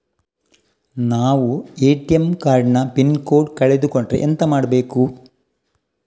ನಾವು ATM card ನ pin code ಕಳೆದು ಕೊಂಡ್ರೆ ಎಂತ ಮಾಡ್ಬೇಕು?